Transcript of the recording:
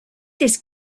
this